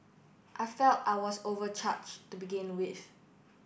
I felt I was overcharged to begin with